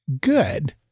good